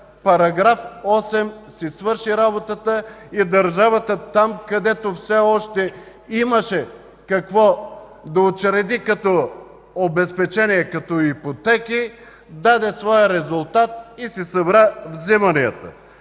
успя, § 8 си свърши работата. Държавата там, където все още имаше какво да учреди като обезпечение, като ипотеки, даде своя резултат и си събра вземанията.